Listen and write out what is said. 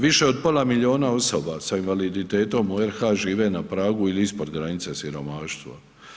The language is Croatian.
Više od pola milijuna osoba sa invaliditetom u RH žive na pragu ili ispod granice siromaštva.